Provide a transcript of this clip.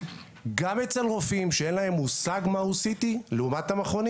גם אצל רופאים שאין להם מושג מהו CT לעומת המכונים.